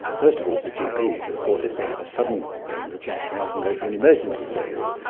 first of all to the gp, but of course if they have a sudden pain in the chest they often go to an emergency service.